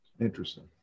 Interesting